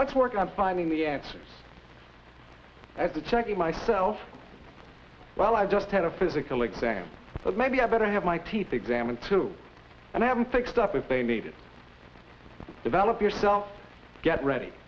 let's work on finding the answers as a check to myself well i just had a physical exam that maybe i better have my teeth examined to and i haven't fixed up if they need to develop yourself get ready